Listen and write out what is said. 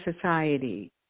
Society